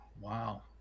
Wow